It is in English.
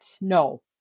No